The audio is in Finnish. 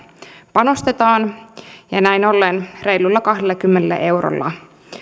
panostetaan ja näin ollen reilulla kahdellakymmenellä eurolla